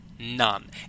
none